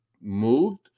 moved